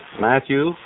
Matthew